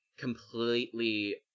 completely